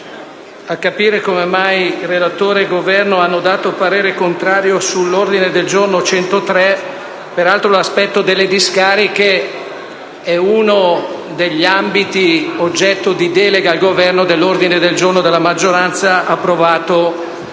a capire come mai il relatore e il Governo hanno espresso un parere contrario sull'ordine del giorno G103. Peraltro, l'aspetto delle discariche è uno degli ambiti oggetto di delega al Governo nell'ordine del giorno della maggioranza approvato